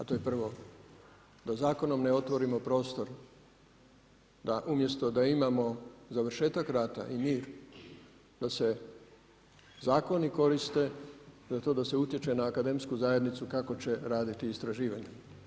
A to je prvo da zakonom ne otvorimo prostor da umjesto da imamo završetak rata i mi da se zakoni koriste, za to da se utječe na akademsku zajednicu kako će raditi istraživanje.